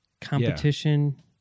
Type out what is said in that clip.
competition